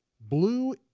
Blue